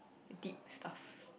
deep stuff